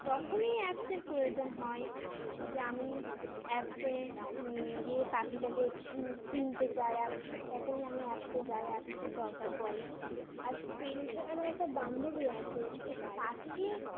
তখনই অ্যাপসের প্রয়োজন হয় যে আমি অ্যাপসে গিয়ে পাখিটাকে চিনতে চাই অ্যাপস তখনই আমি অ্যাপসে যাই অ্যাপসের দরকার পড়ে আর ফিল্ড আমার একটা বান্ধবী আছে যে পাখি